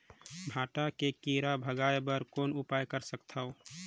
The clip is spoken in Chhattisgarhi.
भांटा के कीरा भगाय बर कौन उपाय कर सकथव?